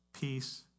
peace